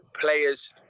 players